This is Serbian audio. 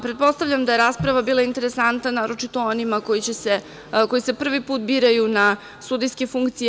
Pretpostavljam da je rasprava bila interesantna, naročito onima koji se prvi put biraju na sudijske funkcije.